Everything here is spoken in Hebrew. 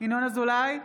ינון אזולאי,